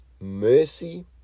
mercy